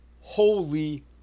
holy